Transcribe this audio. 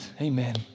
Amen